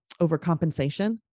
overcompensation